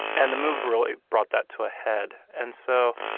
and the move really brought that to a head. and so,